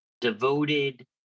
devoted